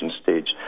stage